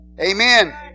Amen